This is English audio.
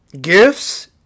gifts